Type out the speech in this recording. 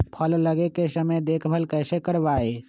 फल लगे के समय देखभाल कैसे करवाई?